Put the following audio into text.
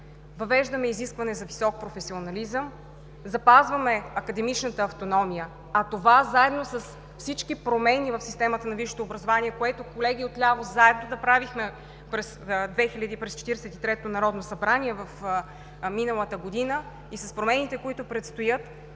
Въвеждаме изискване за висок професионализъм, запазваме академичната автономия – това, заедно с всички промени в системата на висшето образование, които, колеги от ляво, заедно направихме в Четиридесет и третото народно събрание миналата година, и с промените, които предстоят,